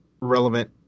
relevant